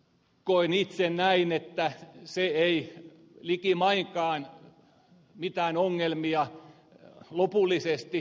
koen itse näin että se ei likimainkaan mitään ongelmia lopullisesti ratkaise